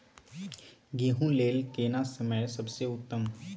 गेहूँ लेल केना समय सबसे उत्तम?